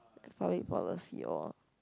public policy orh